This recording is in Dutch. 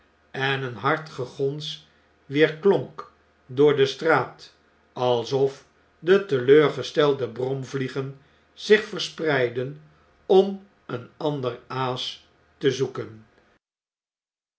en een hard gegons weerklonk door de straat alsof de teleurgestelde bromvliegen zich verspreidden om een ander aas te zoeken